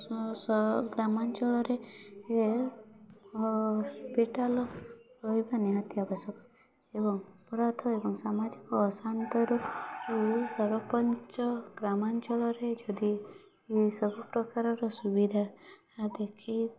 ଛଅଶହ ଗ୍ରାମାଞ୍ଚଳରେ ଇଏ ହସ୍ପିଟାଲ୍ ରହିବା ନିହାତି ଆବଶ୍ୟକ ଏବଂ ଏବଂ ସାମାଜିକ ଅଶାନ୍ତରୁ ସରପଞ୍ଚ ଗ୍ରାମାଞ୍ଚଳରେ ଯଦି ଇଏ ସବୁ ପ୍ରକାରର ସୁବିଧା ଦେଖି